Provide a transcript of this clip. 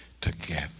together